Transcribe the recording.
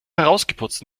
herausgeputzt